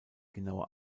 genaue